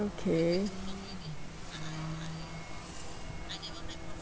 okay